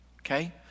okay